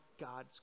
God's